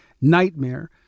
Nightmare